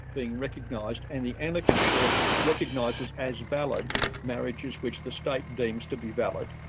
being recognised. and the anglican church recognises as valid marriages which the state deems to be valid.